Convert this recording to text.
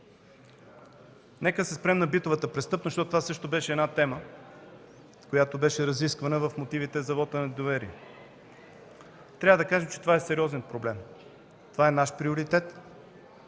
Нека се спрем на битовата престъпност, защото това също беше една тема, която беше разисквана в мотивите за вот на недоверие. Трябва да кажем, че това е сериозен проблем. Това е наш приоритет.